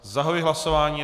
Zahajuji hlasování.